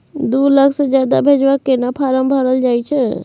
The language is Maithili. दू लाख से ज्यादा भेजबाक केना फारम भरल जाए छै?